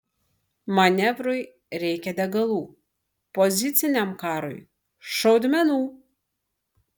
manevrui reikia degalų poziciniam karui šaudmenų